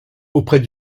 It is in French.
auprès